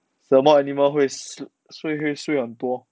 什么 aniaml 会睡睡会睡很多